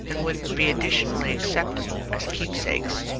and would be additionally acceptable as keepsakes.